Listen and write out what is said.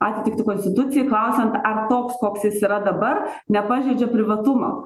atitiktį konstitucijai klausiant ar toks koks jis yra dabar nepažeidžia privatumo